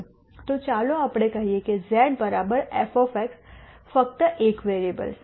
તો ચાલો આપણે કહીએ કે z f ફક્ત એક વેરીએબલ્સ